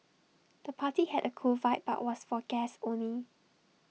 the party had A cool vibe but was for guests only